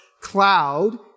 cloud